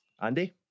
Andy